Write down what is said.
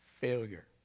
failure